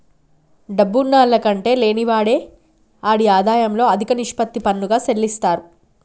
డబ్బున్నాల్ల కంటే లేనివాడే ఆడి ఆదాయంలో అదిక నిష్పత్తి పన్నుగా సెల్లిత్తారు